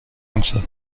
answer